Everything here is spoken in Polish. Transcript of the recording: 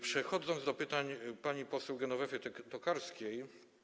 Przechodzę do pytań pani poseł Genowefy Tokarskiej.